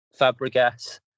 Fabregas